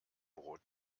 brot